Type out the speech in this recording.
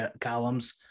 columns